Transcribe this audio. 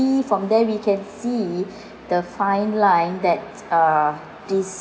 from there we can see the fine line that uh this